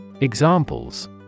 Examples